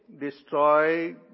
destroy